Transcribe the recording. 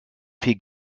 viel